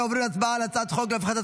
אנו עוברים להצבעה על הצעת חוק להפחתת